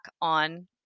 on